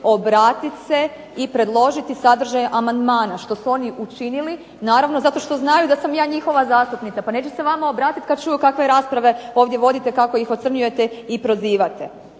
obratiti se i predložiti sadržaje amandmana što su oni učinili, naravno zato što znaju da sam ja njihova zastupnica. Pa neće se vama obratiti kad čuju kakve rasprave ovdje vodite, kako ih ocrnjujete i prozivate.